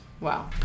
Wow